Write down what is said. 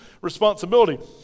responsibility